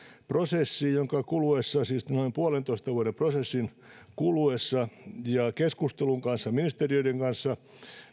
prosessi jonka kuluessa siis noin puolentoista vuoden prosessin kuluessa ja keskustelussa ministeriöiden kanssa